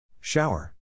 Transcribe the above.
Shower